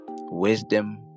Wisdom